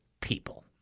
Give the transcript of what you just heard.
people